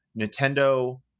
Nintendo